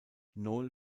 noel